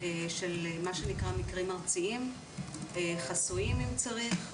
של מה שנקרא מקרים ארציים וחסויים אם צריך.